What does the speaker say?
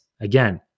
again